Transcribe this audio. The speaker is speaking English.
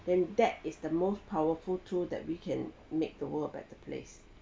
then that is the most powerful tool that we can make the world a better place